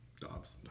Dobbs